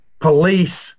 police